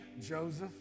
Joseph